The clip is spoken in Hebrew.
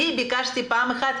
אני ביקשתי דיווח פעם אחת,